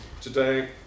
today